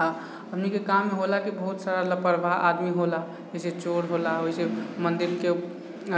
आओर हमनीके काम होला कि बहुत सारा लापरवाह आदमी होला जइसे चोर होला ओहिसँ मन्दिरके